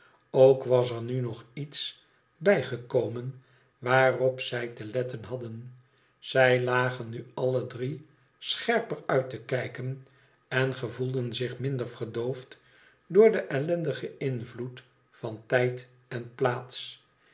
ook was er nu nog iets bij gekomen waarop zij te letten hadden zij lagen nu alle drie scherper uit te kijken en gevoelden zich minder verdoofd door den ellendige invloed van tijd en plaats